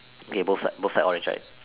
k both side both side orange right